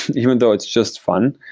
even though it's just fun.